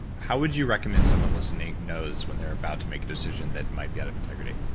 how would you recommend someone listening knows when they're about to make a decision that might be out of integrity?